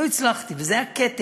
לא הצלחתי, וזה היה כתם.